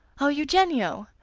oh, eugenio!